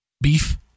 beef